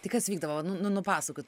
tai kas vykdavo va nu nu nupasakot